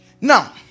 Now